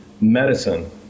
medicine